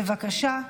בבקשה.